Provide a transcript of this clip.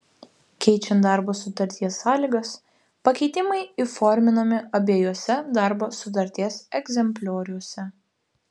keičiant darbo sutarties sąlygas pakeitimai įforminami abiejuose darbo sutarties egzemplioriuose